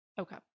Okay